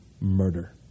murder